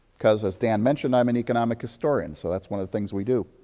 ecause, as dan mentioned, i'm an economic historian. so that's one of the things we do.